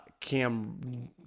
Cam